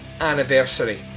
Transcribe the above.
anniversary